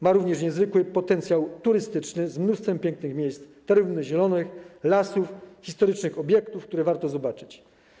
Ma również niezwykły potencjał turystyczny, z mnóstwem pięknych miejsc, terenów zielonych, lasów, historycznych obiektów, które warto zobaczyć.